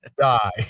die